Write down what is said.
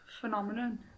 phenomenon